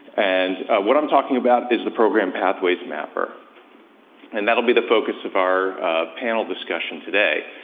and, what i'm talking about is the program pathways mapper and that'll be the focus of our panel discussion today.